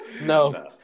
No